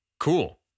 Cool